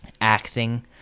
Acting